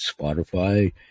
Spotify